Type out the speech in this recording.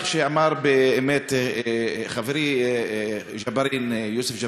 כפי שאמר באמת חברי יוסף ג'בארין,